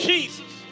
Jesus